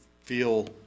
feel